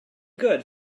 good